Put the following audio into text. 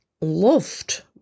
loved